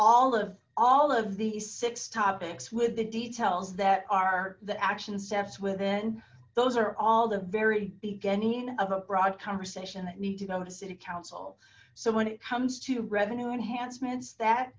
all of all of these six topics with the details that are the action steps within those are all the very beginning of a broad conversation that need to go to city council so when it comes to revenue enhancements that